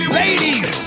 ladies